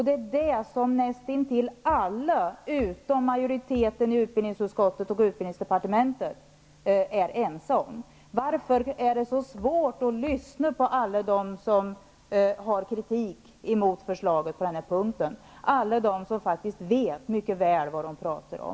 Det är det som nästintill alla, utom majoriteten i utbildningsutskottet och utbildningsdepartementet, är ense om. Varför är det så svårt att lyssna på alla dem som har framfört kritik mot förslaget på den punkten? Alla dessa vet mycket väl vad de pratar om.